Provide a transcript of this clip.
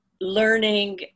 learning